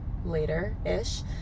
later-ish